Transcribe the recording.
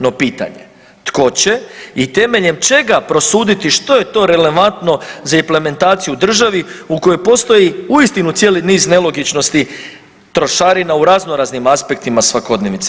No pitanje, tko će i temeljem čega prosuditi što je to relevantno za implementaciju u državi u kojoj postoji uistinu cijeli niz nelogičnosti trošarina u razno raznim aspektima svakodnevice.